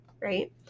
right